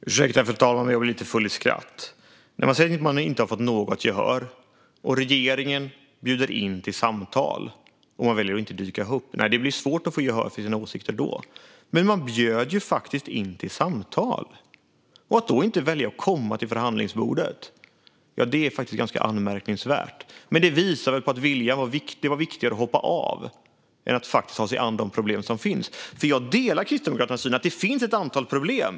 Fru talman! Ursäkta, men jag blir lite full i skratt. Man säger att man inte har fått något gehör; regeringen bjuder in till samtal, och man väljer att inte dyka upp. Då blir det svårt att få gehör för sina åsikter. Man bjöd faktiskt in till samtal. Att då välja att inte komma till förhandlingsbordet är anmärkningsvärt. Det visar väl på att det var viktigare att hoppa av än att faktiskt ta sig an de problem som finns. Jag delar Kristdemokraternas syn att det finns ett antal problem.